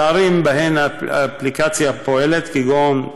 טיפלתי בסוגיה שהייתי צריך לטפל בה.